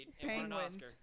Penguins